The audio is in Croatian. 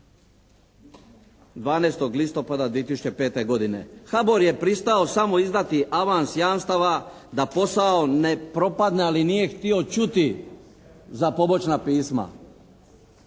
12. listopada 2005. godine. HABOR je pristao samo izdati avans jamstava da posao ne propadne ali nije htio čuti za «pobočna» pisma.